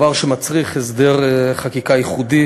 הדבר מצריך הסדר חקיקה ייחודי